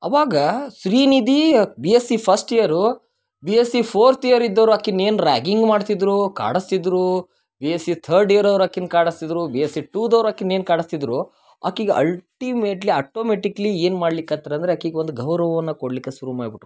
ಅವಾಗ Srinidhi B S C first year B S C fourth year ಇದ್ದೋರು ಆಕಿನ ಏನು ರ್ಯಾಗಿಂಗ್ ಮಾಡ್ತಿದ್ದರು ಕಾಡಸ್ತಿದ್ದರು B S C third year ಅವ್ರು ಆಕಿನ ಕಾಡಸ್ತಿದ್ದರು ಬಿ ಎಸ್ ಸಿ ಟುದವ್ರ್ ಆಕಿನ ಏನು ಕಾಡಸ್ತಿದ್ದರು ಆಕಿಗೆ ಅಲ್ಟಿಮೇಟ್ಲಿ ಆಟೊಮ್ಯಾಟಿಕ್ಲಿ ಏನು ಮಾಡ್ಲಿಕತ್ರಂದರೆ ಆಕಿಗೆ ಒಂದು ಗೌರವವನ್ನ ಕೊಡ್ಲಿಕ್ಕೆ ಶುರು ಮಾಡ್ಬಿಟ್ಟರು